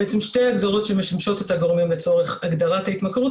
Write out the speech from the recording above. שתי ההגדרות שמשמשות את הגורמים לצורך הגדרת ההתמכרות,